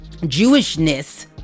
jewishness